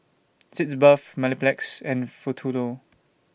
Sitz Bath Mepilex and Futuro